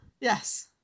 yes